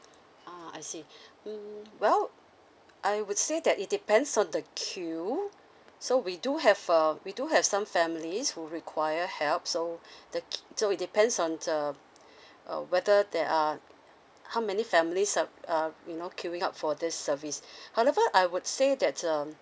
ah I see mm well I would say that it depends on the queue so we do have um we do have some families who require help so the key~ so it depends on the uh whether there are how many families are are you know queuing up for this service however I would say that um